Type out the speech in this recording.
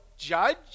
judge